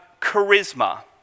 charisma